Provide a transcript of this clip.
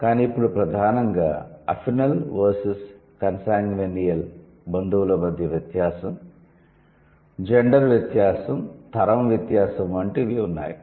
కాని ఇప్పుడు ప్రధానంగా అఫినల్ వర్సెస్ కన్సాన్గ్యినియల్ బంధువుల మధ్య వ్యత్యాసం జెండర్ వ్యత్యాసం తరం వ్యత్యాసం లాంటివి ఉన్నాయి